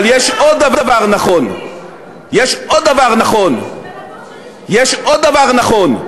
אבל יש עוד דבר נכון, יש עוד דבר נכון.